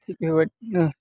थिग बेबायदिनो